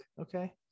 okay